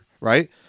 right